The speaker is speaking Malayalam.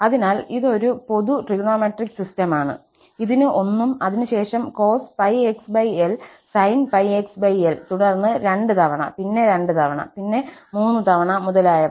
അതിനാൽ ഇത് ഒരു പൊതു ട്രിഗണോമെട്രിക് സിസ്റ്റമാണ് ഇതിന് 1 ഉം അതിനുശേഷം cos 𝝥xl sin 𝝥xl തുടർന്ന് 2 തവണ പിന്നെ 2 തവണ പിന്നെ 3 തവണ മുതലായവ